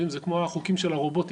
זה כמו החוקים של הרובוטיקה,